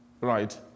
Right